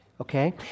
Okay